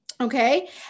Okay